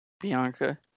Bianca